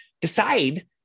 decide